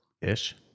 Ish